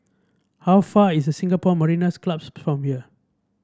how far is Singapore Mariners' Club from here